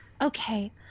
Okay